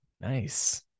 Nice